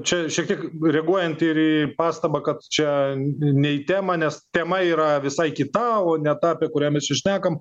čia šiek tiek reaguojant ir į pastabą kad čia ne į temą nes tema yra visai kita o ne ta apie kurią mes čia šnekam